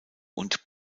und